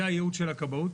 זה האיום של הכבאות.